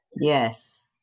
Yes